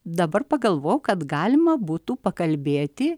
dabar pagalvojau kad galima būtų pakalbėti